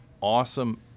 awesome